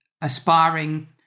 aspiring